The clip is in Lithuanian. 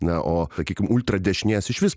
na o sakykim ultradešinės išvis